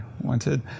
wanted